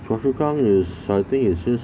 choa chu kang is I think is just